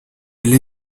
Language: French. elle